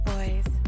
Boys